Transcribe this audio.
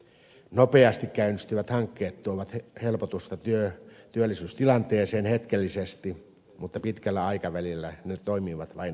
nopeasti käynnistyvät hankkeet tuovat helpotusta työllisyystilanteeseen hetkellisesti mutta pitkällä aikavälillä ne toimivat vain tekohengityksenä